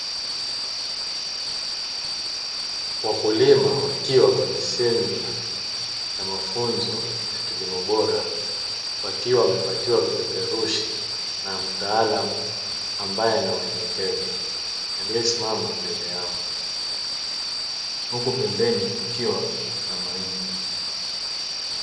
Wakulima wakiwa kwenye semina ya mafunzo ya kilimo bora, wakiwa wamepatiwa vipeperushi na mtaalamu ambaye anawaelekeza aliyesimama pembeni yao, huku pembeni kukiwa na mahindi.